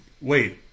Wait